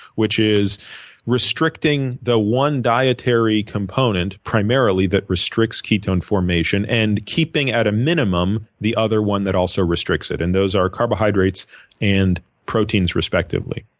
which is restricting the one dietary component primarily that restricts ketone formation and keeping at a minimum the other one that also restricts it. and those are carbohydrates and proteins respectively.